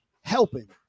helping